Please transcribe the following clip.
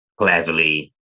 Cleverly